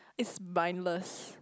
it's bindless